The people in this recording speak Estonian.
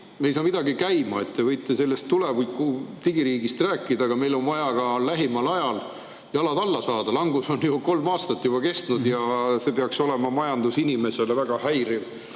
me ei saa midagi käima. Te võite sellest tuleviku digiriigist rääkida, aga meil on vaja lähimal ajal jalad alla saada. Langus on kolm aastat juba kestnud ja see peaks olema majandusinimesele väga häiriv